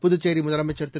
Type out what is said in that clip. புதுச்சேரி முதலமைச்சர் திரு